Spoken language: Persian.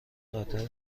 قطر